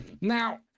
now